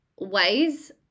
ways